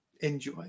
Enjoy